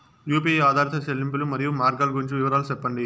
UPI ఆధారిత చెల్లింపులు, మరియు మార్గాలు గురించి వివరాలు సెప్పండి?